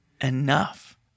enough